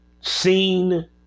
Seen